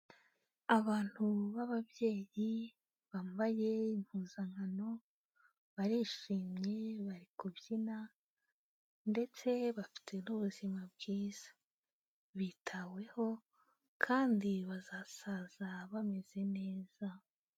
Abantu b'ababyeyi bambaye impuzankano barishimye, bari kubyina ndetse bafite n'ubuzima bwiza, bitaweho kandi bazasaza bameze neza.